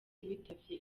bitavye